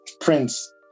Prince